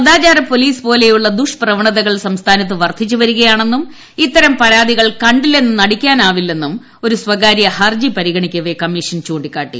സദ്ദ്വീാര police പോലുള്ള ദുഷ്പ്രവണതകൾ സംസ്ഥാനത്ത് പ്പർദ്ധിച്ചുവരികയാണെന്നും ഇത്തരം പരാതികൾ കണ്ടില്ല്ലെന്ന് നടിക്കാനാവില്ലെന്നും ഒരു സ്വകാര്യ ഹർജി പരിഗണ്ടിക്ക്പ്പെ കമ്മീഷൻ ചൂണ്ടിക്കാട്ടി